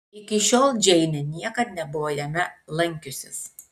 iki šiol džeinė niekad nebuvo jame lankiusis